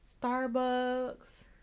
starbucks